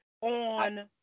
on